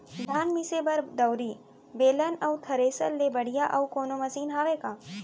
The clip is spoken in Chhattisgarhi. धान मिसे बर दउरी, बेलन अऊ थ्रेसर ले बढ़िया अऊ कोनो मशीन हावे का?